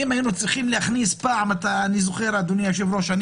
אדוני היושב-ראש,